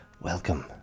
Welcome